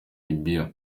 libya